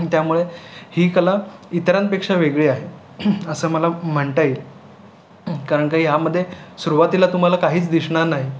त्यामुळे ही कला इतरांपेक्षा वेगळी आहे असं मला म्हणता येईल कारण का यामध्ये सुरवातीला तुम्हाला काहीच दिसणार नाही